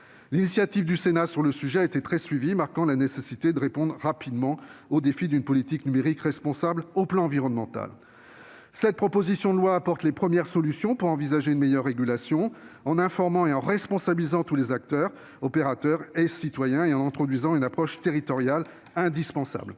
L'initiative du Sénat sur le sujet, qui a été très suivie, marque la nécessité de répondre rapidement au défi d'une politique numérique responsable sur le plan environnemental. Cette proposition de loi apporte les premières solutions pour envisager une meilleure régulation, en informant et en responsabilisant tous les acteurs, opérateurs et citoyens, et en introduisant une approche territoriale indispensable.